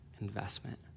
investment